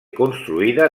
construïda